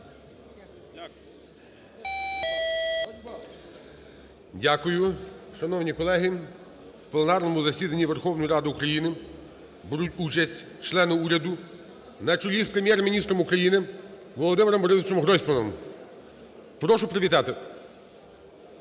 Дякую. Шановні колеги, у пленарному засіданні Верховної Ради України беруть участь члени уряду на чолі з Прем'єр-міністром України Володимиром Борисовичем Гройсманом. Прошу привітати.